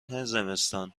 زمستان